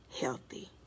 healthy